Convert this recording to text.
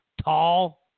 tall